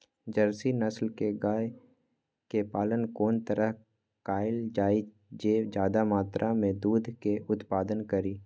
Jersey नस्ल के गाय के पालन कोन तरह कायल जाय जे ज्यादा मात्रा में दूध के उत्पादन करी?